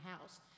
house